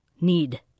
need